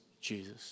Jesus